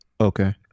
Okay